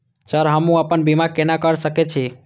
Sir हमू अपना बीमा केना कर सके छी?